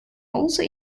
also